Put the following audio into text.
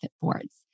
boards